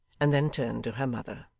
and then turned to her mother.